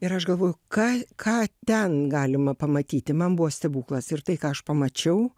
ir aš galvoju ką ką ten galima pamatyti man buvo stebuklas ir tai ką aš pamačiau